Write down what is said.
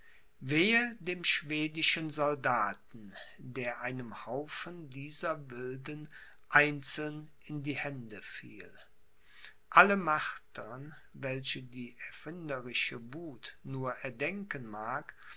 wehe dem schwedischen soldaten der einem haufen dieser wilden einzeln in die hände fiel alle martern welche die erfinderische wuth nur erdenken mag